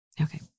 okay